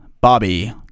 Bobby